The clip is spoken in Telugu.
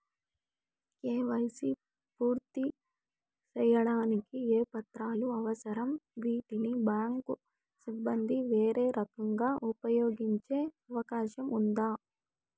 కే.వై.సి పూర్తి సేయడానికి ఏ పత్రాలు అవసరం, వీటిని బ్యాంకు సిబ్బంది వేరే రకంగా ఉపయోగించే అవకాశం ఉందా?